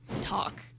talk